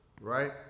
right